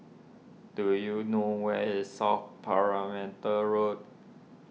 do you know where is South Perimeter Road